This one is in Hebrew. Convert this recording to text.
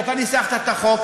כי אתה ניסחת את החוק,